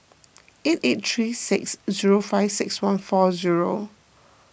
eight eight three six zero five six one four zero